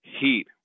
heat